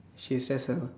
she's just a